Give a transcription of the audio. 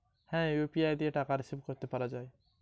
UPI দিয়ে কি টাকা রিসিভ করাও য়ায়?